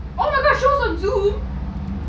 oh my god show's on zoom